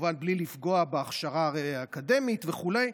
כמובן בלי לפגוע בהכשרה האקדמית וכו'